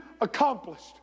accomplished